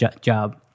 job